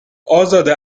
ازاده